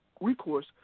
recourse